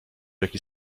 jaki